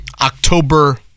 October